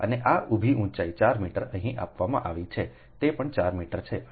અને આ ઉભી ઊંચાઈ 4 મીટર અહીં આપવામાં આવી છે તે પણ 4 મીટર છે અને કુલ 4 વત્તા 4 તેથી 8 મીટર